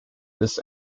this